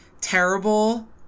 terrible